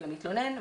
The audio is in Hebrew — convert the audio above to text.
למתלונן,